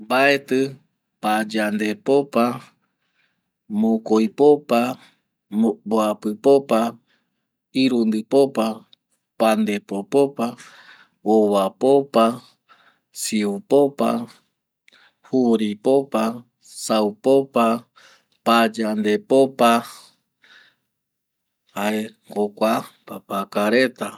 Mbaeti payandepopa, mokoipopa, mbuapipopa, irundipopa, pandepopopa, ovapopa, siupopa, juripopa, saupopa, payandepopa jae jokua papaka reta.